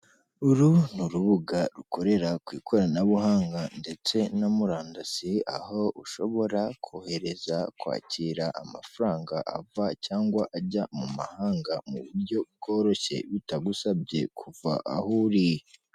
Uru ni urubuga rukorera ku ikoranabuhanga ndetse na murandasi aho ushobora kohereza kwakira amafaranga ava cyangwa ajya mu mahanga, mu buryo bworoshye bitagusabye kuva aho uri.